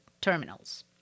terminals